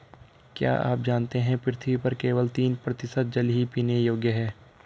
क्या आप जानते है पृथ्वी पर केवल तीन प्रतिशत जल ही पीने योग्य है?